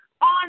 on